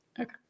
Okay